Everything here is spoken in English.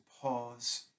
pause